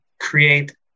create